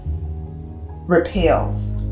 repels